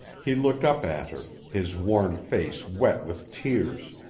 he looked up at her, his worn face wet with tears.